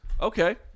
Okay